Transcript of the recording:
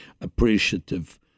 appreciative